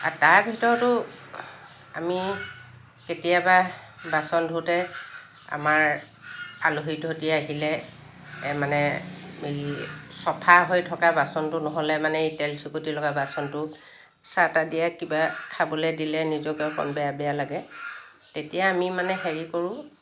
তাৰ ভিতৰতো আমি কেতিয়াবা বাচন ধোওঁতে আমাৰ আলহী যদি আহিলে মানে চফা হৈ থকা বাচনটো নহ'লে মানে তেলচিকটি লগা বাচনটো চাহ তাহ দিয়া কিবা খাবলৈ দিলে নিজকে অকণ বেয়া বেয়া লাগে তেতিয়া আমি মানে হেৰি কৰোঁ